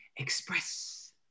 Express